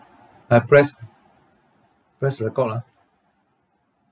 I press press record ah